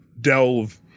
delve